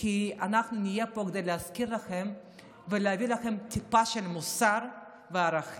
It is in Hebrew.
כי אנחנו נהיה פה כדי להזכיר לכם ולהביא לכם טיפה של מוסר וערכים.